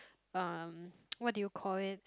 um what do you call it